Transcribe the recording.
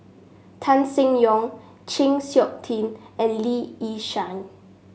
Tan Seng Yong Chng Seok Tin and Lee Yi Shyan